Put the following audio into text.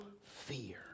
fear